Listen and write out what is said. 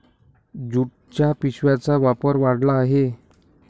ज्यूटच्या पिशव्यांचा वापर वाढला आहे